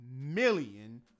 million